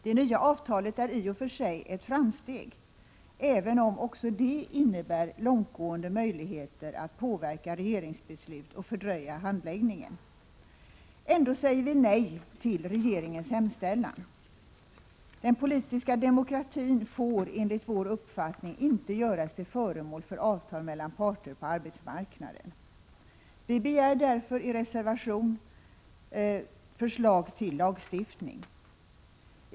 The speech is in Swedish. Det nya avtalet är i och för sig ett framsteg, även om också det innebär långtgående möjligheter att påverka regeringsbeslut och fördröja handläggningen. Ändå säger vi moderater nej till regeringens hemställan. Den politiska demokratin får enligt vår uppfattning inte göras till föremål för avtal mellan parter på arbetsmarknaden. Vi begär därför i reservation 1 förslag till lagstiftning.